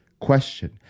question